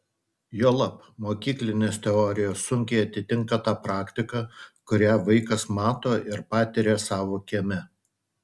juolab mokyklinės teorijos sunkiai atitinka tą praktiką kurią vaikas mato ir patiria savo kieme